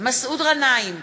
מסעוד גנאים,